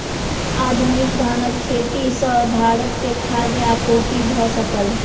आधुनिक धानक खेती सॅ भारत के खाद्य आपूर्ति भ सकल